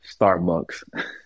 Starbucks